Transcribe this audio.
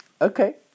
Okay